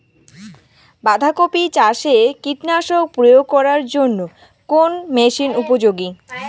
বাঁধা কপি চাষে কীটনাশক প্রয়োগ করার জন্য কোন মেশিন উপযোগী?